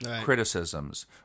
criticisms